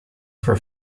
for